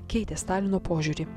keitė stalino požiūrį